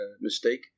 mistake